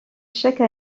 chaque